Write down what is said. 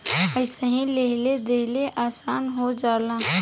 अइसे लेहल देहल आसन हो जाला